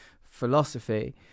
philosophy